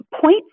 point